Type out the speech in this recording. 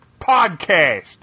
Podcast